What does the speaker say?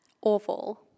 Awful